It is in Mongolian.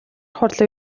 хурлын